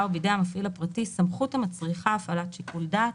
או בידי המפעיל הפרטי סמכות המצריכה הפעלת שיקול דעת."